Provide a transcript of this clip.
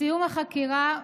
בסיום החקירה,